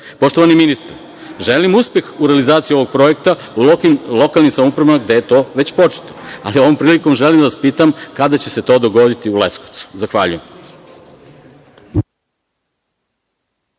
dozvolu. Poštovani ministre, želim uspeh u realizaciji ovog projekta lokalnim samoupravama gde je to već početo, ali takođe, ovom prilikom, želim da vas pitam kada će se to dogoditi u Leskovcu? Zahvaljujem.